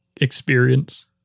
experience